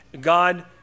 God